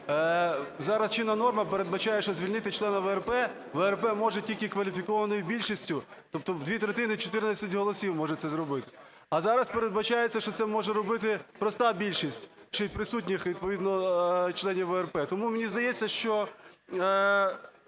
зараз чинна норма передбачає, що звільнити члена ВРП можна тільки кваліфікованою більшістю, тобто дві третини, 14 голосів може це зробити. А зараз передбачається, що це може робити проста більшість, ще і присутніх, відповідно, членів ВРП. Тому мені здається, що